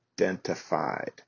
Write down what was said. Identified